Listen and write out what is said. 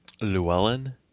Llewellyn